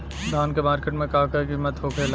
धान क मार्केट में का कीमत होखेला?